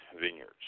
vineyards